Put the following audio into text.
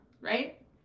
right